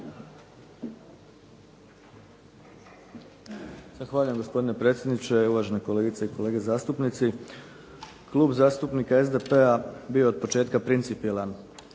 Zahvaljujem. Gospodine predsjedniče, uvažene kolegice i kolege zastupnici. Klub zastupnika SDP-a bio je od početka principijelan